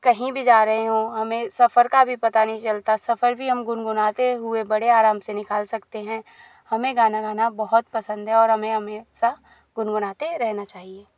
कहीं भी जा रहे हो हमें सफर का भी पता नहीं चलता सफर भी गुनगुनाते हुए बड़े आराम से निकाल सकते हैं हमें गाना गाना बहुत पसंद है और हमें हमेशा गुनगुनाते रहना चाहिए